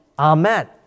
amen